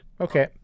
okay